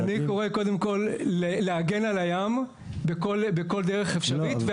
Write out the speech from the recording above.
אני קורא קודם כל להגן על הים בכל דרך אפשרית,